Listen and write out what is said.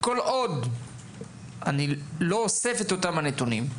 כל עוד אני לא אוסף את הנתונים הללו,